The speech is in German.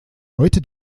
heute